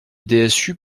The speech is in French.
dsu